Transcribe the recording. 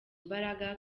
imbaraga